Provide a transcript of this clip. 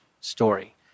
story